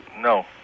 No